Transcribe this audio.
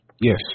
Yes